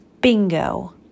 Bingo